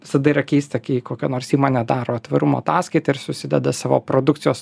visada yra keista kai kokia nors įmonė daro tvarumo ataskaitą ir susideda savo produkcijos